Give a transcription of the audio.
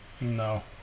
No